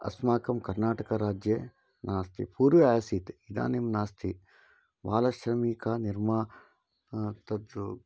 अस्माकं कर्नाटकराज्ये नास्ति पूर्वम् आसीत् इदानीं नास्ति बालश्रमिकानिर्माणं तत्